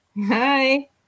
Hi